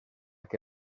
que